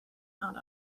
not